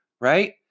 Right